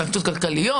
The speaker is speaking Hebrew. סנקציות כלכליות.